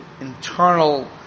internal